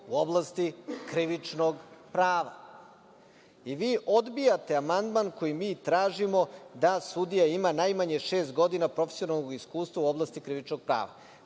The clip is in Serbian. u oblasti krivičnog prava. Vi odbijate amandman kojim mi tražimo da sudija ima najmanje šest godina profesionalnog iskustva u oblasti krivičnog prava.